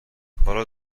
حالا